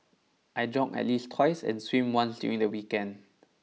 I jog at least twice and swim once during the weekend